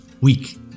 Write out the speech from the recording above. week